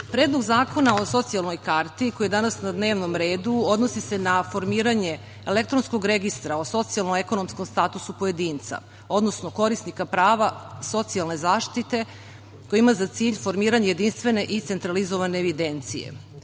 Srbiji. Predlog Zakona o socijalnoj karti koji je danas na dnevnom redu odnosi se na formiranje elektronskog registra o socijalno-ekonomskom statusu pojedinca, odnosno korisnika prava socijalne zaštite koja ima za cilj formiranje jedinstvene i centralizovane evidencije.